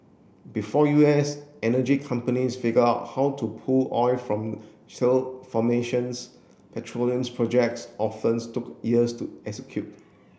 before U S energy companies figured out how to pull oil from shale formations petroleum's projects often took years to execute